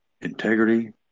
Integrity